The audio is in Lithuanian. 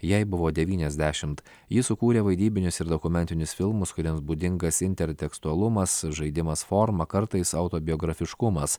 jai buvo devyniasdešimt ji sukūrė vaidybinius ir dokumentinius filmus kuriems būdingas intertekstualumas žaidimas forma kartais autobiografiškumas